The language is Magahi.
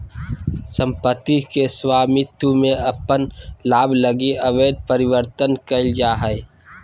सम्पत्ति के स्वामित्व के अपन लाभ लगी अवैध परिवर्तन कइल जा हइ